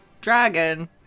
dragon